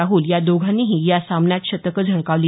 राहूल या दोघांनीही या सामन्यात शतक झळकावली